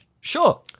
Sure